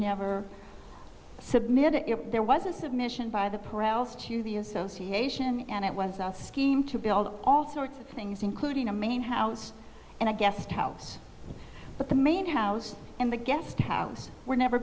never submitted if there was a submission by the paroles to the association and it was out scheme to build all sorts of things including a main house and a guest house but the main house and the guest house were never